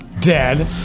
Dead